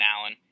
Allen